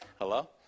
Hello